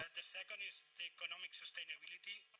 the second is economic sustainability.